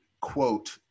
quote